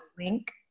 link